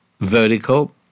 vertical